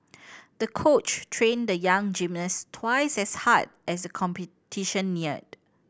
the coach trained the young gymnast twice as hard as the competition neared